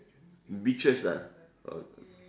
beaches ah